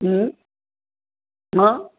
ଉଁ ହଁ